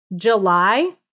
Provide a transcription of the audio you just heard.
July